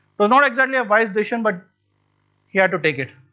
but not exactly a wise decision but he had to take it.